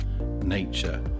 nature